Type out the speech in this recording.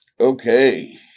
Okay